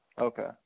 Okay